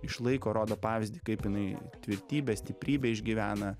išlaiko rodo pavyzdį kaip jinai tvirtybę stiprybę išgyvena